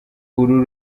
uru